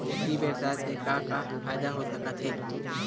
ई व्यवसाय से का का फ़ायदा हो सकत हे?